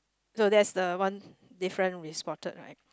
so that's the one different we spotted right